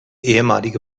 ehemalige